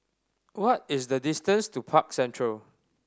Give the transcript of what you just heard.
what is the distance to Park Central